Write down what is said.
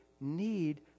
need